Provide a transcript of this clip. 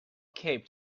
cape